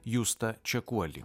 justą čekuolį